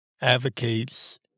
advocates